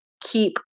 keep